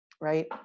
right